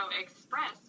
express